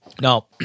Now